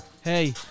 Hey